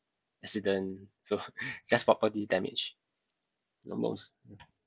accident so just property damage the most